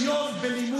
לא, זה לא נכון.